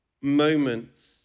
moments